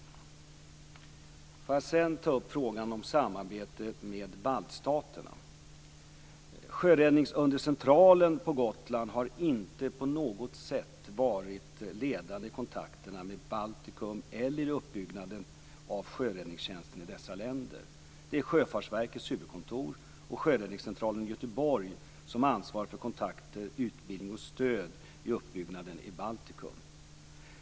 Får jag sedan ta upp frågan om samarbetet med baltstaterna. Sjöräddningsundercentralen på Gotland har inte på något sätt varit ledande i kontakterna med Baltikum eller vid uppbyggnaden av sjöräddningstjänsten i dessa länder. Det är Sjöfartsverkets huvudkontor och sjöräddningscentralen i Göteborg som ansvarar för kontakter, utbildning och stöd vid uppbyggnaden i Baltikum.